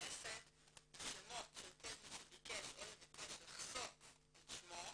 הכנסת השמות של כל מי שביקש או יבקש לחסות את שמו,